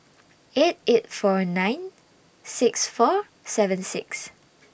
eight eight four nine six four seven six